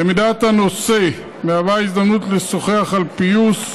למידת הנושא מהווה הזדמנות לשוחח על פיוס,